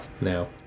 no